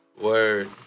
word